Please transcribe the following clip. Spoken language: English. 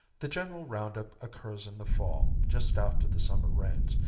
the general round-up occurs in the fall, just after the summer rains,